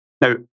Now